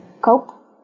cope